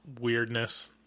weirdness